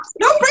No